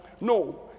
no